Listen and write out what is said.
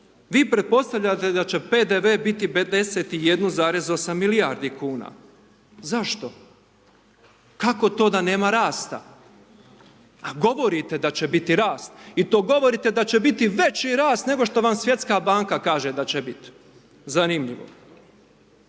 vi pretpostavljate da će PDV biti 51,8 milijardi kn, zašto? Kako to da nema rasta? Govorite da će biti rast i to govorite da će biti veći rast nego što vam Svjetska banka kaže da će biti, zanimljivo.